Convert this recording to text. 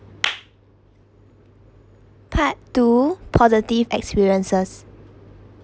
part two positive experiences